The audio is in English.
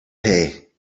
pay